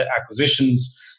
acquisitions